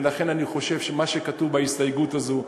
ולכן אני חושב שמה שכתוב בהסתייגות הזו,